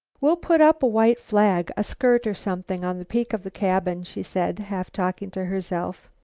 we'll put up a white flag, a skirt or something, on the peak of the cabin, she said, half talking to herself.